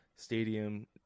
Stadium